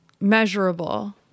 Measurable